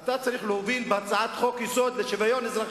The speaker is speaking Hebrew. אתה צריך להוביל בהצעת חוק-יסוד לשוויון אזרחי,